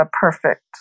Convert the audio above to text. perfect